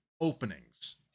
openings